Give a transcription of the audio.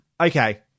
okay